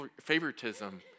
favoritism